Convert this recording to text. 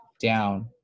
down